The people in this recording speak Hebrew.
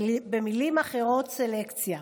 במילים אחרות: סלקציה.